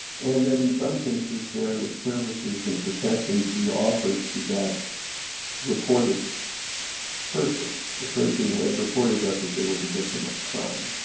and that in some cases various services and protections be offered to that reported person, the person who has reported to us that they were the victim of a crime.